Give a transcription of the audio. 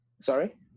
Sorry